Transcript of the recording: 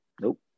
nope